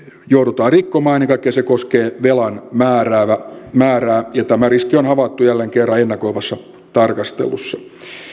joudutaan rikkomaan ennen kaikkea se koskee velan määrää ja tämä riski on havaittu jälleen kerran ennakoivassa tarkastelussa